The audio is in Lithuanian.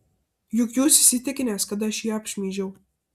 juk jūs įsitikinęs kad aš jį apšmeižiau